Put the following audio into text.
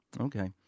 okay